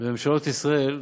בממשלות ישראל,